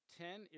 ten